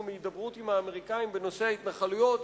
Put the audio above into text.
מהידברות עם האמריקנים בנושא ההתנחלויות,